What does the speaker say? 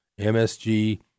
MSG